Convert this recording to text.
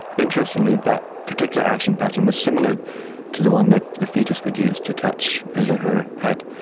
interestingly, that particular action pattern was similar to the one that the fetus would use to touch his or her head.